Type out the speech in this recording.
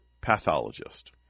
pathologist